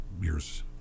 years